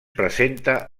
presenta